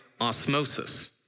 osmosis